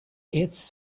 its